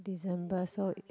December so